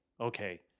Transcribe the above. Okay